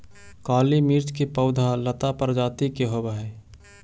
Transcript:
काली मिर्च के पौधा लता प्रजाति के होवऽ हइ